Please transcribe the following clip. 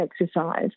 exercise